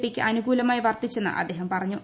പിക്ക് അനുകൂലമായി വർത്തിച്ചെന്ന് അദ്ദേഹം പറഞ്ഞു